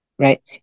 Right